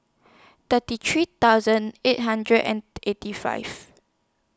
thirty three thousand eight hundred and eighty five